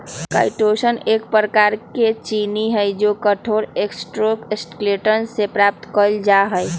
chitosan एक प्रकार के चीनी हई जो कठोर एक्सोस्केलेटन से प्राप्त कइल जा हई